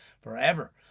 forever